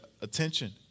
attention